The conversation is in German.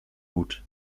gut